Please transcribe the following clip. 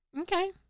Okay